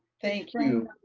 thank you.